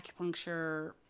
acupuncture